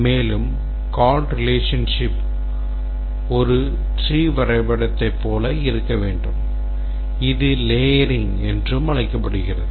மேலும் call relationship ஒரு tree வரைபடத்தைப் போல இருக்க வேண்டும் இது layering என்றும் அழைக்கப்படுகிறது